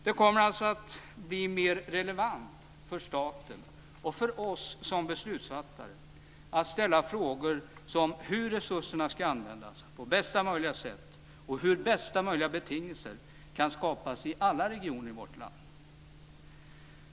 Det kommer alltså att bli mer relevant för staten och för oss som beslutsfattare att ställa frågor som hur resurserna ska användas på bästa möjliga sätt och hur bästa möjliga betingelser kan skapas i alla regioner i vårt land.